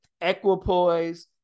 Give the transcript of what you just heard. Equipoise